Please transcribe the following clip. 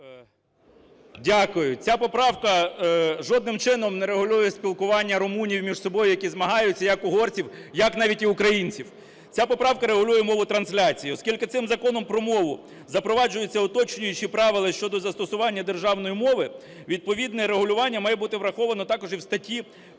Дякую. Ця поправка жодним чином не регулює спілкування румунів між собою, які змагаються, як угорців, як навіть і українців. Ця поправка регулює мову трансляції. Оскільки цим Законом про мову запроваджується уточнюючі правила щодо застосування державної мови, відповідне регулювання має бути враховано також і в статті